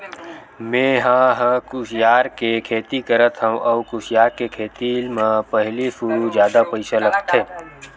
मेंहा ह कुसियार के खेती करत हँव अउ कुसियार के खेती म पहिली सुरु जादा पइसा लगथे